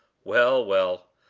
well! well!